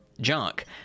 junk